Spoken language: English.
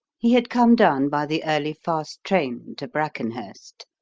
he had come down by the early fast train to brackenhurst.